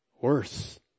worse